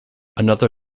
another